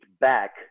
back